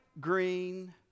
green